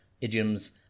idioms